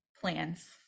plans